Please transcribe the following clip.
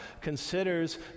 considers